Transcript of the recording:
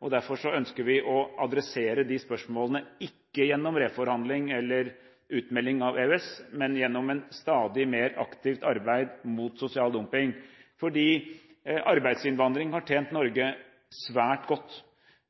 alvor. Derfor ønsker vi å adressere disse spørsmålene ikke gjennom reforhandling eller utmelding av EØS, men gjennom et stadig mer aktivt arbeid mot sosial dumping. Arbeidsinnvandring har tjent Norge svært godt.